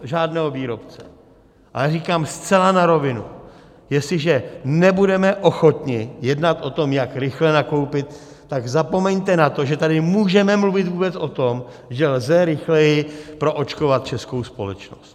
Já nepreferuji žádného výrobce, ale říkám zcela na rovinu, jestliže nebudeme ochotni jednat o tom, jak rychle nakoupit, tak zapomeňte na to, že tady můžeme mluvit vůbec o tom, že lze rychleji proočkovat českou společnost.